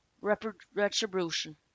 retribution